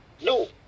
No